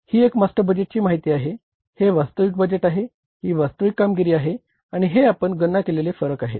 ही एक मास्टर बजेटची माहिती आहे हे वास्तविक बजेट आहे ही वास्तविक कामगिरी आहे आणि हे आपण गणना केलेले फरक आहेत